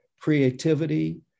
creativity